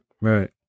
right